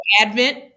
Advent